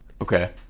Okay